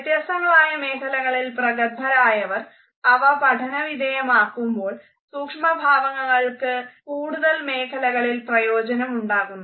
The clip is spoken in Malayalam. വ്യത്യസ്തങ്ങളായ മേഖലകളിൽ പ്രഗത്ഭരായവർ അവ പഠനവിധേയമാക്കുമ്പോൾ സൂക്ഷ്മഭാവങ്ങൾക്ക് കൂടുതൽ മേഖലകളിൽ പ്രയോജനമുണ്ടാകുന്നു